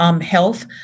health